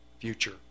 future